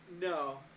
No